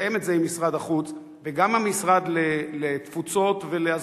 לתאם את זה עם משרד החוץ וגם עם משרד התפוצות וההסברה,